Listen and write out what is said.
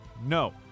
No